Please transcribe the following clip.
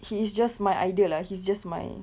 he is just my idol lah he's just my